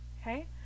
Okay